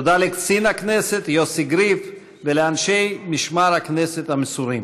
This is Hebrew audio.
תודה לקצין הכנסת יוסי גריף ולאנשי משמר הכנסת המסורים.